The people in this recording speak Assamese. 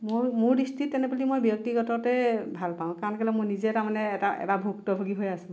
মোৰ মোৰ দৃষ্টিত তেনে বুলি মই ব্যক্তিগততে ভাল পাওঁ কাৰণ কেলেই মই নিজেই তাৰমানে এটা ভুক্তভোগী হৈ আছো